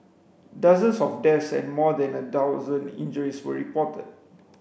dozens of deaths and more than a thousand injuries were reported